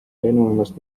lennujaamas